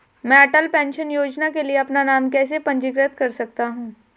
मैं अटल पेंशन योजना के लिए अपना नाम कैसे पंजीकृत कर सकता हूं?